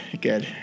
Good